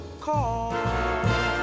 call